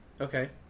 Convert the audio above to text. Okay